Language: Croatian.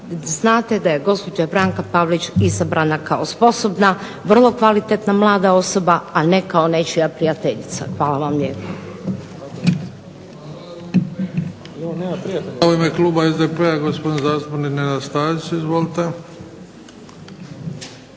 Znate da je gospođa Branka Pavlić izabrana kao sposobna, vrlo kvalitetna mlada osoba, a ne kao nečija prijateljica. Hvala vam lijepa.